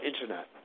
internet